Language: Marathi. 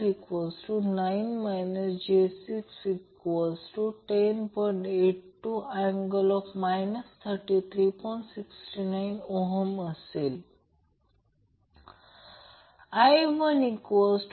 05 henry C 20 microfarad voltage V 100 angle 0V एक व्हेरिएबल फ्रिक्वेंसीसह लागू असलेले सिरीज सर्किट आहे